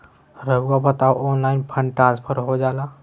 रहुआ बताइए online fund transfer हो जाला?